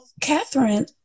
Catherine